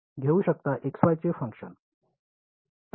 तर घेऊ शकता x y चे फंक्शन